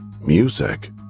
music